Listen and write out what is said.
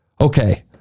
Okay